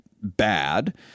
bad